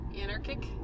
anarchic